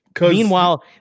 Meanwhile